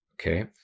Okay